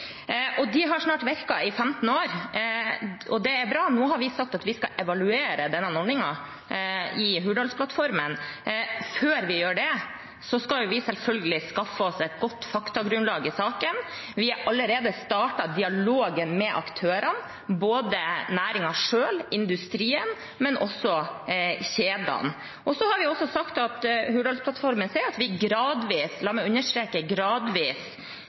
De har snart virket i 15 år, og det er bra. Nå har vi i Hurdalsplattformen sagt at vi skal evaluere denne ordningen. Før vi gjør det, skal vi selvfølgelig skaffe oss et godt faktagrunnlag i saken. Vi har allerede startet dialogen med aktørene, både med næringen selv, med industrien og også med kjedene. Hurdalsplattformen sier også at vi gradvis – la meg understreke gradvis